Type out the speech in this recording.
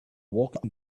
walking